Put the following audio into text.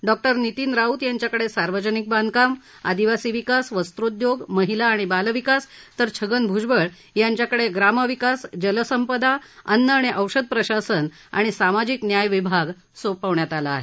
डॉ नितीन राऊत यांच्याकडे सार्वजनिक बांधकाम आदिवासी विकास वस्त्रोउद्योग महिला आणि बालविकास तर छगन भ्जबळ यांच्याकडे ग्रामविकास जलसंपदा अन्न आणि औषध प्रशासन आणि सामाजिक न्याय विभाग सोपवण्यात आलं आहे